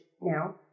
now